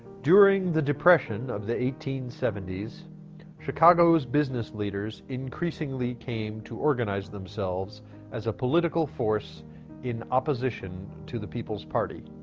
during the depression of the eighteen seventy s chicago's business leaders increasingly came to organize themselves as a political force in opposition to the people's party.